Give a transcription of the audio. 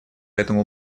этому